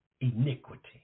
iniquity